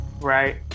Right